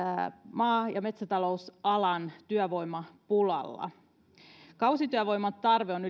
maa ja metsätalousalan työvoimapulalla kausityövoiman tarve on